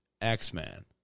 X-Men